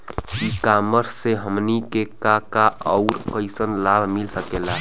ई कॉमर्स से हमनी के का का अउर कइसन लाभ मिल सकेला?